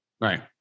Right